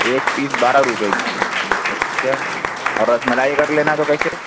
ایک پیس بارہ روپے کی اچھا اور رس ملائی اگر لینا ہو تو کیسے